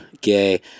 gay